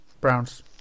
Browns